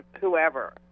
whoever